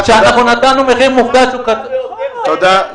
תודה.